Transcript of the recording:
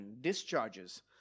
Discharges